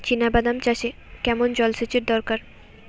চিনাবাদাম চাষে কেমন জলসেচের দরকার?